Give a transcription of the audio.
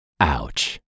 Ouch